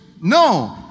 No